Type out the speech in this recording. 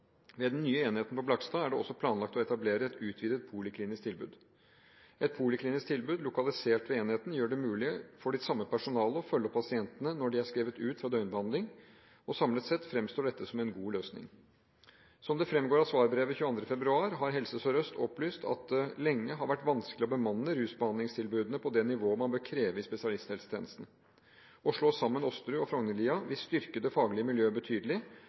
Ved den nye enheten på Blakstad er det også planlagt å etablere et utvidet poliklinisk tilbud. Et poliklinisk tilbud lokalisert ved enheten gjør det mulig for det samme personalet å følge opp pasientene når de er skrevet ut fra døgnbehandling. Samlet sett fremstår dette som en god løsning. Som det fremgår av svarbrevet 22. februar, har Helse Sør-Øst opplyst at det lenge har vært vanskelig å bemanne rusbehandlingstilbudene på det nivået man bør kreve i spesialisthelsetjenesten. Å slå sammen Åsterud og Frognerlia vil styrke det faglige miljøet betydelig,